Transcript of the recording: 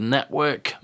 Network